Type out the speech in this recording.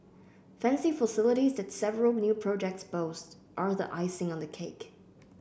fancy facilities that several new projects boast are the icing on the cake